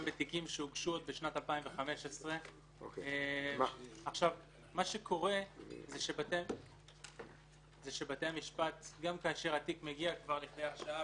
בתיקים שהוגשו עוד בשנת 2015. גם כאשר התיק כבר מגיע לכדי הרשעה,